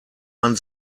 man